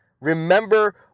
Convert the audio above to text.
Remember